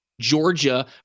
Georgia